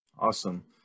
Awesome